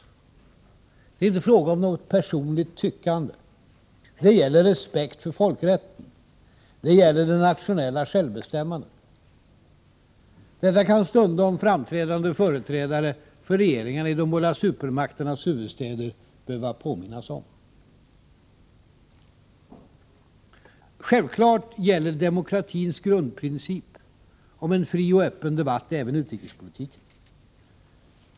Det är inte fråga om något personligt tyckande. Det gäller respekt för folkrätten, det gäller det nationella självbestämmandet. Detta kan stundom framträdande företrädare för regeringarna i de båda supermakternas huvudstäder behöva påminnas om. Självfallet gäller demokratins grundprincip om fri och öppen debatt även utrikespolitiken.